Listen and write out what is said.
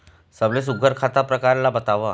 सबले सुघ्घर खाता के प्रकार ला बताव?